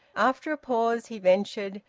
after a pause, he ventured,